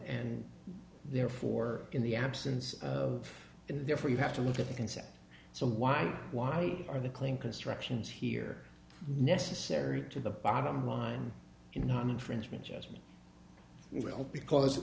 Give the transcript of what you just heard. and therefore in the absence of and therefore you have to look at the consent so why why are the clean constructions here necessary to the bottom line in not an infringement judgment well because